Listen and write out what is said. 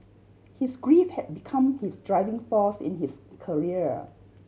his grief had become his driving force in his career